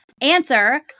answer